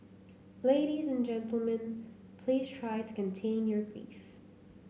ladies and gentlemen please try to contain your grief